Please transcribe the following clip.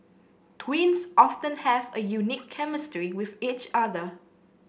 twins often have a unique chemistry with each other